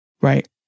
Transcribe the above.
Right